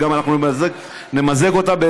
ואנחנו גם נמזג אותה איתו,